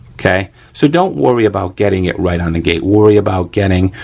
okay. so don't worry about getting it right on the gate. worry about getting,